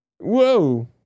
Whoa